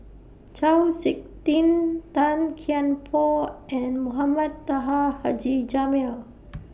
Chau Sik Ting Tan Kian Por and Mohamed Taha Haji Jamil